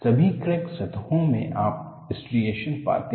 सभी क्रैक सतहों में आप स्ट्रिएशनस पाते हैं